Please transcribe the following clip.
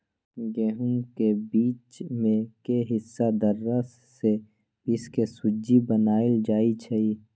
गहुम के बीच में के हिस्सा दर्रा से पिसके सुज्ज़ी बनाएल जाइ छइ